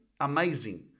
amazing